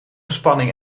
spanning